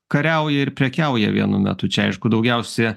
kariauja ir prekiauja vienu metu čia aišku daugiausia